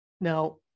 Now